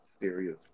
serious